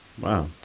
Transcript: Wow